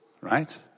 right